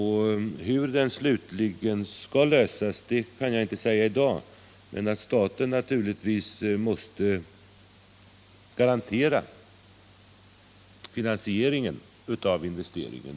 Hur frågan slutligen skall lösas kan jag inte säga i dag, men staten måste naturligtvis garantera finansieringen av investeringen.